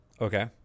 okay